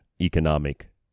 economic